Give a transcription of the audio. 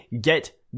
get